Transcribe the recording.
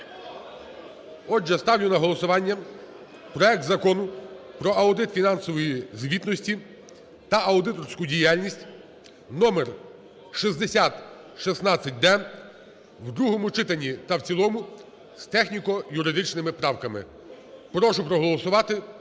Отже, ставлю на голосування проект Закону про аудит фінансової звітності та аудиторську діяльність (№ 6016-д) в другому читанні та в цілому з техніко-юридичними правками. Прошу проголосувати